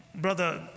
Brother